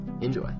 Enjoy